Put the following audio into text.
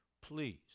Please